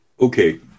Okay